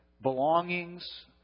belongings